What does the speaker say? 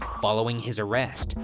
following his arrest,